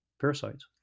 parasites